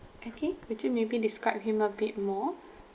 okay could you maybe describe him a bit more